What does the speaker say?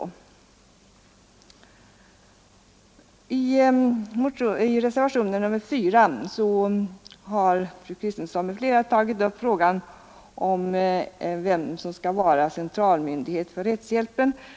24 maj 1972 I reservationen 4 har fru Kristensson m.fl. tagit upp frågan om vilken myndighet som skall vara centralmyndighet för rättshjälpen.